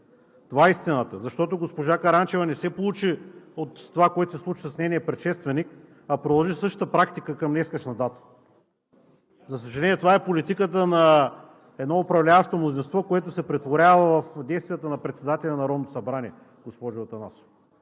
Това е истината. Защото госпожа Караянчева не се поучи от това, което се случи с нейния предшественик, а продължи същата практика към днешна дата. За съжаление, това е политиката на едно управляващо мнозинство, което се претворява в действията на председателя на Народното събрание, госпожо Атанасова.